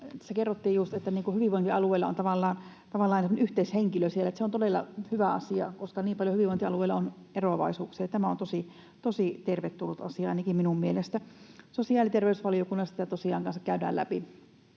kerrottiin just, että hyvinvointialueilla on tavallaan semmoinen yhteishenkilö. Se on todella hyvä asia, koska niin paljon hyvinvointialueilla on eroavaisuuksia. Tämä on tosi tervetullut asia ainakin minun mielestäni. Sosiaali- ja terveysvaliokunnassa tätä